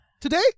Today